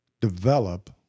develop